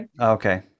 Okay